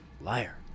Liar